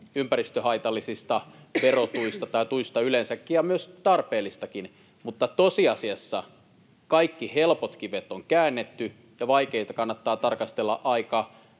ympäristöhaitallisista verotuista tai tuista yleensäkin, ja se on myös tarpeellista, mutta tosiasiassa kaikki helpot kivet on käännetty, ja vaikeita kannattaa tarkastella aika